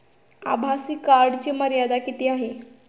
आभासी कार्डची मर्यादा किती आहे?